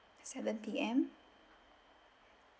seven P_M